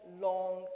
long